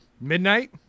midnight